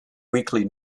weekly